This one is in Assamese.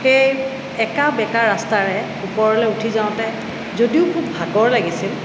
সেই একাঁ বেকাঁ ৰাস্তাৰে ওপৰলে উঠি যাওঁতে যদিও খুব ভাগৰ লাগিছিল